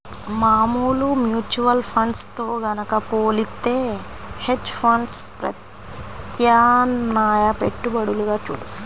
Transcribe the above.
మామూలు mutual funds తో గనక పోలిత్తే హెడ్జ్ ఫండ్స్ ప్రత్యామ్నాయ పెట్టుబడులుగా చూడొచ్చు